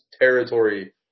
territory